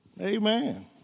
Amen